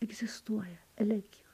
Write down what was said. egzistuoja elegijos